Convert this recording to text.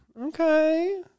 Okay